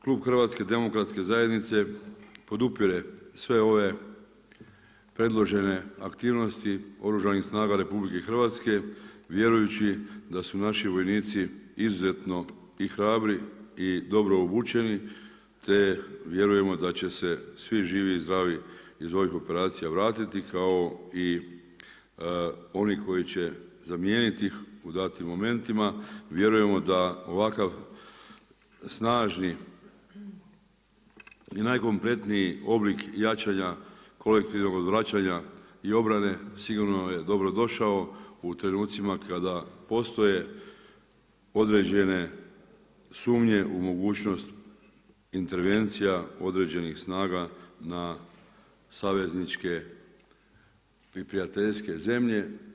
Klub HDZ-a podupire sve ove predložene aktivnosti Oružanih snaga RH, vjerujući da su naši vojnici izuzetno i hrabri i dobro obučeni te vjerujemo da će se svi živi i zdravi iz ovih operacija vratiti kao i oni koji će zamijeniti ih u datim momentima, vjerujemo da ovakav snažni i najkompletniji oblik jačanja kolektivnog odvraćanja i obrane, sigurno je dobrodošao u trenucima kada postoje određene sumnje u mogućnost intervencija određenih snaga na savezničke i prijateljske zemlje.